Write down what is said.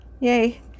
yay